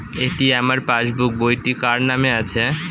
এটি আমার পাসবুক বইটি কার নামে আছে?